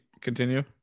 continue